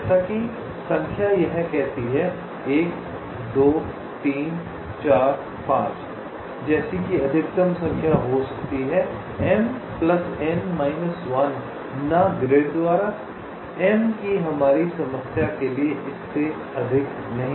जैसा कि संख्या यह कहती है 1 2 3 4 5 जैसी कि अधिकतम संख्या हो सकती है न ग्रिड द्वारा M की हमारी समस्या के लिए इससे अधिक नहीं